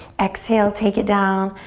exhale, take it down.